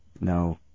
No